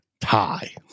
tie